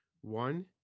One